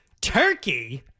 Turkey